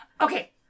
Okay